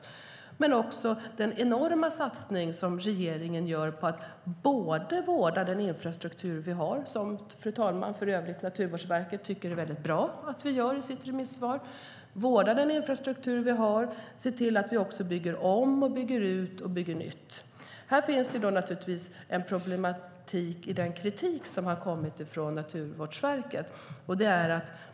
Men det handlar också om den enorma satsning som regeringen gör på att vårda den infrastruktur vi har. Naturvårdsverket tycker för övrigt, fru talman, i sitt remissvar att det är väldigt bra att vi gör det. Det handlar också om att se till att vi bygger om, bygger ut och bygger nytt. Här finns det naturligtvis en problematik i den kritik som har kommit från Naturvårdsverket.